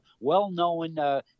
well-known